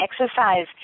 exercise